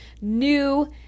new